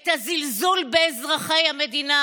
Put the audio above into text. את הזלזול באזרחי המדינה.